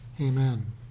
Amen